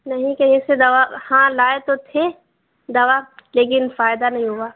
نہیں کہیں سے دوا ہاں لائے تو تھے دوا لیکن فائدہ نہیں ہوا